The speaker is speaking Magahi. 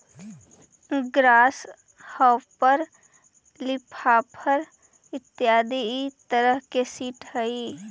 ग्रास हॉपर लीफहॉपर इत्यादि इ तरह के सीट हइ